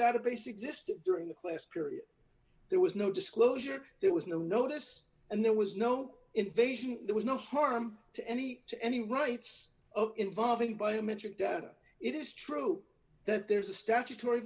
database existed during the class period there was no disclosure there was no notice and there was no invasion there was no harm to any to any rights of involving biometric data it is true that there's a statutory